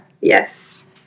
Yes